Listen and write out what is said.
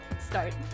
start